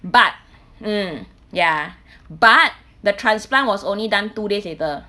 but um ya but the transplant was only done two days later